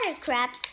crabs